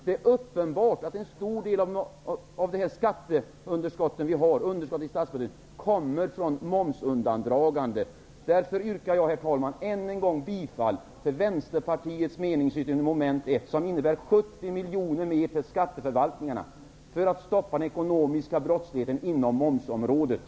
Det är uppenbart att en stor del av det underskott i statsbudgeten som vi har har uppstått på grund av momsundandragande. Mot denna bakgrund yrkar jag, herr talman, än en gång bifall till Vänsterpartiets meningsyttring i anslutning till mom. 1, i vilken föreslås att ytterligare 70 miljoner kronor skall anslås till skatteförvaltningarna för att stoppa den ekonomiska brottsligheten inom momsområdet.